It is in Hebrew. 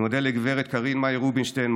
אני מודה לגב' קרין מאיר רובינשטיין,